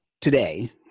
today